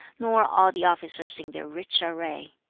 nor all the officers in their rich array.